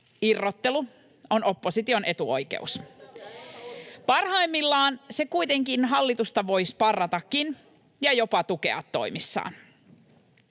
Irrottelu on opposition etuoikeus. Parhaimmillaan se kuitenkin voi hallitusta sparratakin ja jopa tukea toimissaan.